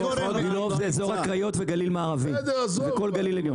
זה אזור הקריות וגליל מערבי וכל גליל עליון.